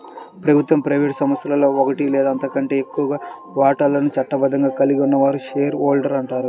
ప్రభుత్వ, ప్రైవేట్ సంస్థలో ఒకటి లేదా అంతకంటే ఎక్కువ వాటాలను చట్టబద్ధంగా కలిగి ఉన్న వారిని షేర్ హోల్డర్ అంటారు